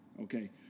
okay